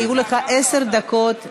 היו לך עשר דקות להשיב.